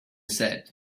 said